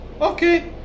Okay